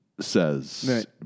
says